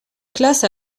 classe